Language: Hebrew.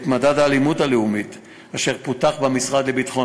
את מדד האלימות הלאומית אשר פותח במשרד לביטחון